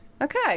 Okay